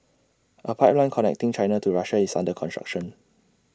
A pipeline connecting China to Russia is under construction